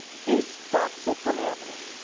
he stops it from happening.